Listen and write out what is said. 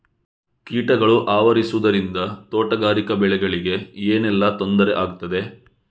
ಕೀಟಗಳು ಆವರಿಸುದರಿಂದ ತೋಟಗಾರಿಕಾ ಬೆಳೆಗಳಿಗೆ ಏನೆಲ್ಲಾ ತೊಂದರೆ ಆಗ್ತದೆ?